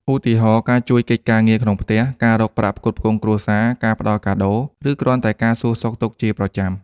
ឧទាហរណ៍ ការជួយកិច្ចការងារក្នុងផ្ទះ ការរកប្រាក់ផ្គត់ផ្គង់គ្រួសារ ការផ្ដល់កាដូ ឬគ្រាន់តែការសួរសុខទុក្ខជាប្រចាំ។